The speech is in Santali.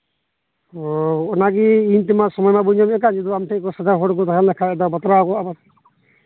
ᱚᱸᱻ ᱚᱱᱟᱜᱮ ᱤᱧ ᱛᱮᱢᱟ ᱥᱚᱢᱚᱭᱢᱟ ᱵᱟᱹᱧ ᱧᱟᱢᱮᱫ ᱠᱟᱱ ᱟᱢ ᱴᱷᱮᱡ ᱠᱚ ᱥᱟᱡᱟᱣ ᱦᱚᱲ ᱠᱚ ᱛᱟᱦᱮᱸ ᱞᱮᱱᱠᱷᱟᱱ ᱵᱟᱛᱨᱟᱣ ᱠᱚᱜᱼᱟ